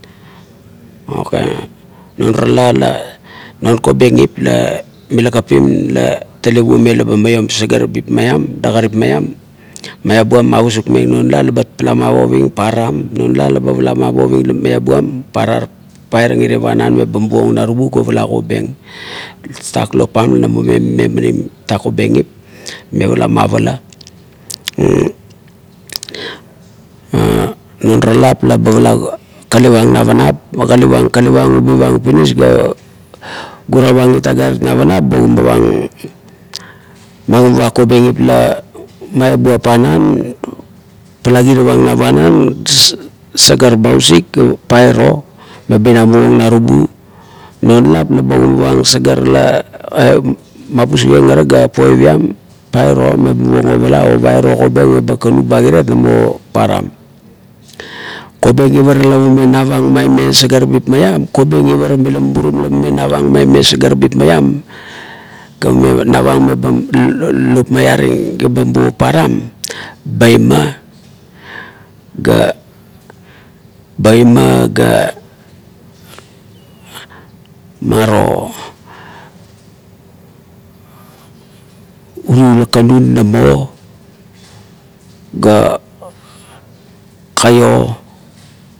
"Ha ok" non ara la non kobengip la mila kapim la tale puomeng la ba maiom sagarabip maiam, dagarip maiam, meabuam mavusuk meng, non la ba pala mavaving param, non la, la ba pala mavaving la muabuam parar-paring irie panan meba muvang narubu ga ovala kobeng. Tatak lop pam la namo memaning kobengip, maime pala mauala non ara lap ia ba pala kalivang navanap, kalivang, kalivang ubivan pinnis ga guraang agarit it navanap bo ogimavang magimavang kobenip la meabua panan pala kinavang na panan sagar ba usik pairo leba una muvang narubu, non lap la ba ogimavang sagar la mapusuk ieng ara ga paip iang pairo meba muvag oivala o pairo kobeng meba kakanu kirat eba muvang param. Kobengip ara la mame navang ba lopiaring ga ba muvang paran, baima ga baima ga maro uri la kakanu nomano ga kaio